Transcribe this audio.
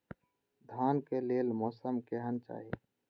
धान के लेल मौसम केहन चाहि?